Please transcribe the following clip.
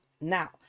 Now